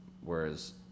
whereas